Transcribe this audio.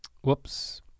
Whoops